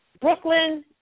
Brooklyn